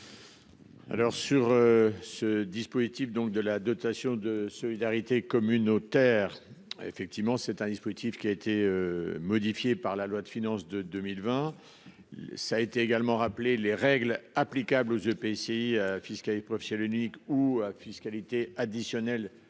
Alors sur ce dispositif donc de la dotation de solidarité communautaire. Effectivement c'est un dispositif qui a été modifié par la loi de finances de 2020. Ça a été également rappeler les règles applicables aux EPCI. Ciel unique ou à fiscalité additionnelle